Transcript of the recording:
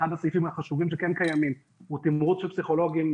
אחד הסעיפים החשובים שכן קיימים הוא תמרוץ של פסיכולוגים,